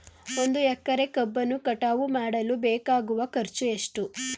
ಒಂದು ಎಕರೆ ಕಬ್ಬನ್ನು ಕಟಾವು ಮಾಡಲು ಬೇಕಾಗುವ ಖರ್ಚು ಎಷ್ಟು?